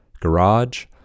garage